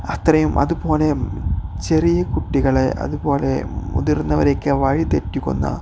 അത്രയും അതുപോലെ ചെറിയ കുട്ടികളെ അതുപോലെ മുതിർന്നവരെയൊക്കെ വഴിതെറ്റിക്കുന്ന